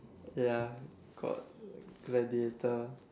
ya got gladiator